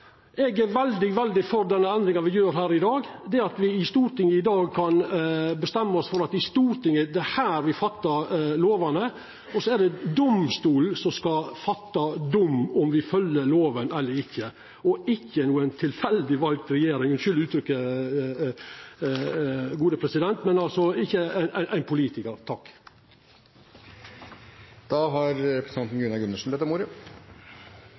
Eg er veldig, veldig for den endringa me gjer her i dag, det at me i Stortinget i dag kan bestemma oss for at det er her i Stortinget me fattar lovane, og så er det domstolane som skal fatta dom om me følgjer loven eller ikkje, og ikkje ei tilfeldig vald regjering – unnskyld uttrykket, gode president, men altså ikkje ein politikar. Storberget sa at demokratiet må ha en innflytelse. Selvfølgelig har